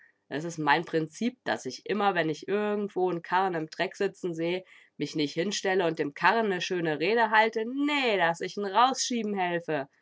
es ist mein prinzip daß ich immer wenn ich irgendwo n karren im dreck sitzen seh mich nich hinstelle und dem karren ne schöne rede halte nee daß ich n rausschieben helfe